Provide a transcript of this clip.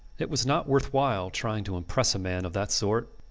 it was not worthwhile trying to impress a man of that sort.